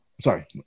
Sorry